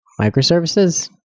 microservices